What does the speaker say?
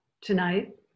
tonight